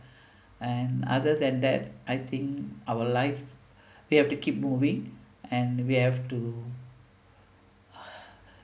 and other than that I think our life we have to keep moving and we have to